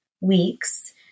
weeks